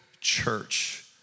church